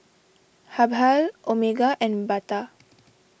Habhal Omega and Bata